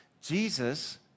Jesus